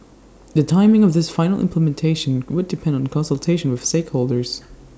the timing of its final implementation would depend on consultation with stakeholders